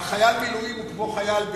מה, חייל מילואים הוא כמו חייל בסדיר?